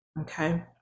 okay